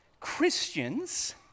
Christians